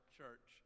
Church